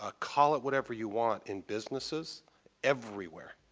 ah call it whatever you want in businesses everywhere